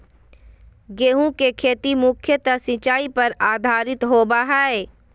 गेहूँ के खेती मुख्यत सिंचाई पर आधारित होबा हइ